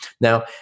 Now